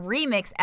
Remix